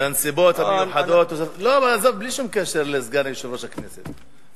בלי קשר לסגן יושב-ראש הכנסת,